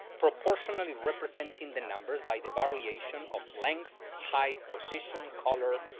proportionally representing the numbers by the variation of length, height, position, color,